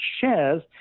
shares